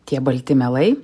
tie balti melai